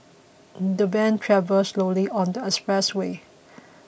the van travelled slowly on the expressway